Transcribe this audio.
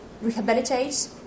rehabilitate